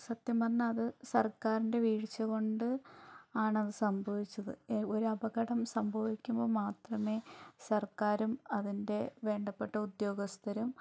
സത്യം പറഞ്ഞാൽ അത് സർക്കാരിൻ്റെ വീഴ്ച്ചകൊണ്ട് ആണത് സംഭവിച്ചത് ഒരപകടം സംഭവിക്കുമ്പോൾ മാത്രമേ സർക്കാരും അതിൻ്റെ വേണ്ടപ്പെട്ട ഉദ്യോഗസ്ഥരും